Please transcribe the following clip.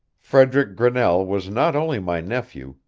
frederick grinnell was not only my nephew,